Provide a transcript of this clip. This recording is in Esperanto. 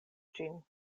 ĝin